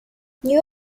new